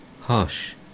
Hush